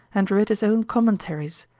and writ his own commentaries,